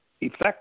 effect